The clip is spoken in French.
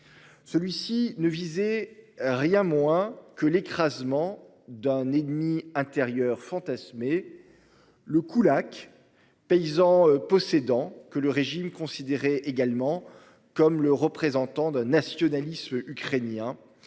Celui-ci ne visait rien moins que l'écrasement d'un ennemi intérieur fantasmer. Le Coulac. Paysan possédant que le régime considéré également comme le représentant d'un nationalisme ukrainien